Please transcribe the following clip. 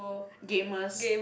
gamers